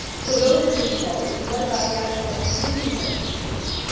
so those are the scholars. what about the actual activities that took place?